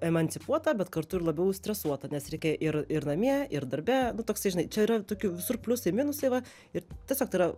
emancipuota bet kartu ir labiau stresuota nes reikia ir ir namie ir darbe nu toksai čia žinai čia yra tokių visur pliusai minusai va ir tiesiog tai yra